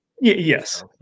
Yes